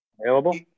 available